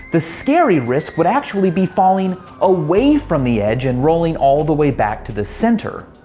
the scary risk would actually be falling away from the edge and rolling all the way back to the centre.